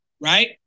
right